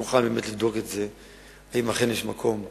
אני מוכן לבדוק אם אכן יש מקום להפריד,